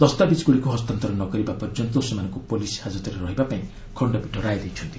ଦସ୍ତାବିଜ୍ଗୁଡ଼ିକୁ ହସ୍ତାନ୍ତର ନକରିବା ପର୍ଯ୍ୟନ୍ତ ସେମାନଙ୍କୁ ପୁଲିସ୍ ହାଜତରେ ରହିବାକୁ ଖଣ୍ଡପୀଠ ରାୟ ଦେଇଛନ୍ତି